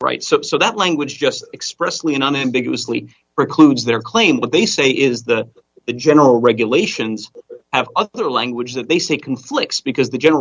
right subset that language just expressly and on ambiguously precludes their claim what they say is that the general regulations have other language that they say conflicts because the general